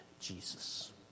Jesus